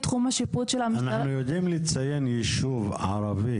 תחום השיפוט שלה --- אנחנו יודעים לציין ישוב ערבי